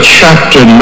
chapter